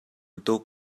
tuk